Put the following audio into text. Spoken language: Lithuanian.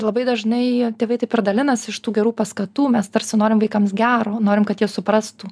labai dažnai tėvai taip ir dalinas iš tų gerų paskatų mes tarsi norim vaikams gero norim kad jie suprastų